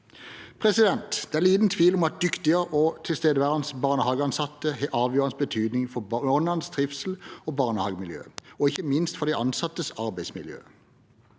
ansatte. Det er liten tvil om at dyktige og tilstedeværende barnehageansatte har avgjørende betydning for barnas trivsel og barnehagemiljøet, og ikke minst for de ansattes arbeidsmiljø.